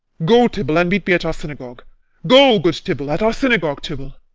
go, tubal, and meet me at our synagogue go, good tubal at our synagogue, tubal.